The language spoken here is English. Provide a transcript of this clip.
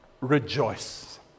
Rejoice